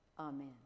Amen